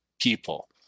people